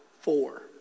four